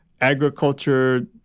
agriculture